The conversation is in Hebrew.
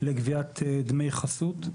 לגביית דמי חסות.